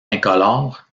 incolore